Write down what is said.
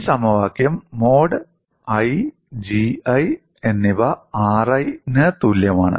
ഈ സമവാക്യം mod I GI എന്നിവ RI ന് തുല്യമാണ്